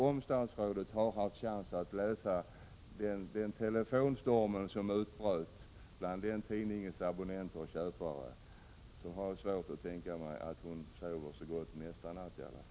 Om statsrådet hade chans att läsa om den telefonstorm som utbröt bland tidningens köpare, så har jag svårt att tänka mig att hon kunde sova så gott — följande natt åtminstone.